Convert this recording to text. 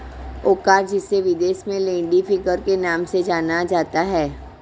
ओकरा जिसे विदेश में लेडी फिंगर के नाम से जाना जाता है